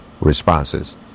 responses